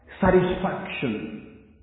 satisfaction